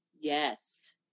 yes